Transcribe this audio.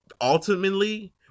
ultimately